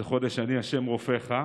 זה חודש אני ה' רופאך.